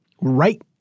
right